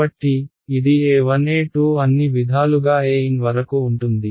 కాబట్టి ఇది a1 a2 అన్ని విధాలుగా an వరకు ఉంటుంది